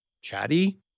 chatty